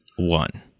one